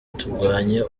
turwanye